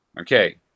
Okay